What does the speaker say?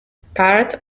part